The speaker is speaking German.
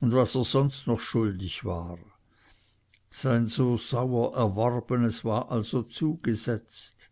und was er sonst noch schuldig war sein so sauer erworbenes war also zugesetzt